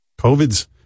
COVID's